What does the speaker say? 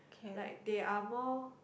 like they are more